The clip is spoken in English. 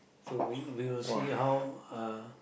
so we will we will see how uh